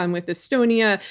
um with estonia,